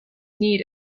need